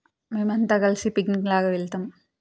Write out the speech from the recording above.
మేమంతా కలిసి పిక్నిక్ లాగా వెళ్తాం